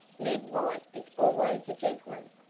ned white is always a gentleman.